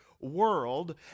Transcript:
world